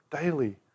daily